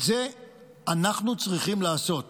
את זה אנחנו צריכים לעשות.